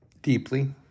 deeply